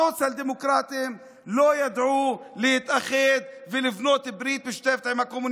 הסוציאל-דמוקרטים לא ידעו להתאחד ולבנות ברית משותפת עם הקומוניסטים.